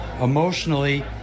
emotionally